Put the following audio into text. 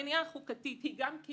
המניעה החוקתית היא גם כי